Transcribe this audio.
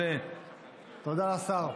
זה, זה, תודה, השר.